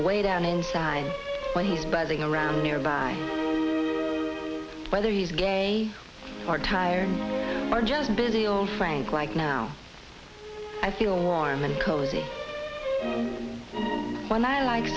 the way down inside when he's buzzing around nearby whether he's gay are tired or just busy old frank like now i feel warm and cozy when i like